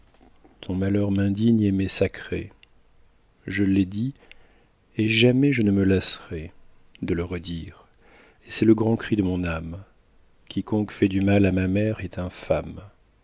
ton malheur m'indigne et m'est sacré je l'ai dit et jamais je ne me lasserai de le redire et c'est le grand cri de mon âme quiconque fait du mal à ma mère est infâme